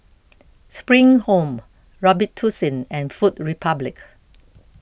Spring Home Robitussin and Food Republic